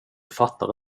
fattar